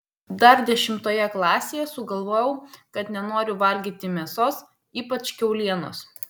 dar dešimtoje klasėje sugalvojau kad nenoriu valgyti mėsos ypač kiaulienos